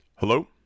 Hello